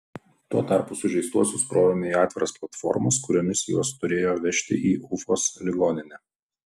tuo tarpu sužeistuosius krovėme į atviras platformas kuriomis juos turėjo vežti į ufos ligoninę